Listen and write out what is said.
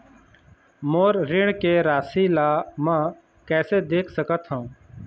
मोर ऋण के राशि ला म कैसे देख सकत हव?